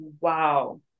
wow